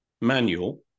Manual